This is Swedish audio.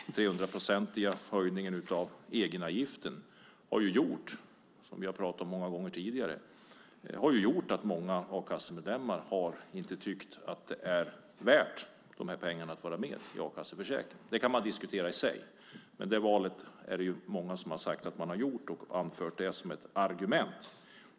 Den trehundraprocentiga höjningen av egenavgiften har ju, som vi har pratat om många gånger tidigare, gjort att många a-kassemedlemmar inte har tyckt att det är värt de här pengarna för att vara med i a-kassorna. Det kan man diskutera i sig, men det är många som säger att de har gjort det valet och anfört det som ett argument.